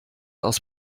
aus